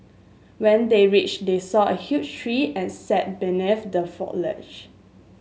when they reached they saw a huge tree and sat beneath the foliage